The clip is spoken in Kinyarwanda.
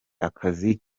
akazi